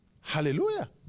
Hallelujah